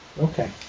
Okay